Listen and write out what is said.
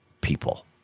people